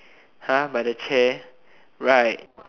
by the chair right